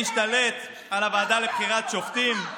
החוק שמשתלט על הוועדה לבחירת שופטים,